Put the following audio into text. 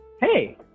Hey